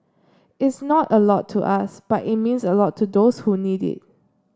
it's not a lot to us but it means a lot to those who need it